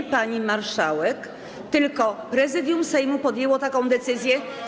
Nie pani marszałek, tylko Prezydium Sejmu podjęło taką decyzję.